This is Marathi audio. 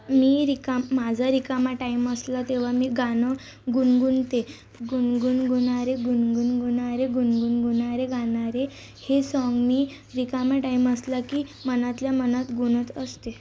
मी रिकाम माझा रिकामा टाईम असला तेव्हा मी गाणं गुणगुणते गुनगुन गुना रे गुनगुन गुना रे गुनगुन गुना रे गाना रे हे सॉन्ग मी रिकामा टाईम असला की मनातल्या मनात गुणत असते